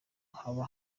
haba